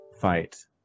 fight